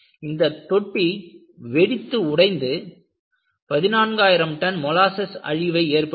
இந்தத் தொட்டி வெடித்து உடைந்து 14000 டன் மோலாஸஸ் அழிவை ஏற்படுத்தின